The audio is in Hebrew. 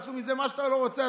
ועשו מזה מה שאתה רוצה,